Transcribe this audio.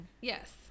Yes